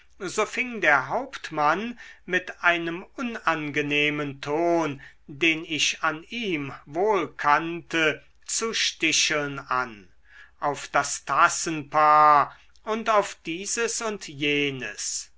so fing der hauptmann mit einem unangenehmen ton den ich an ihm wohl kannte zu sticheln an auf das tassenpaar und auf dieses und jenes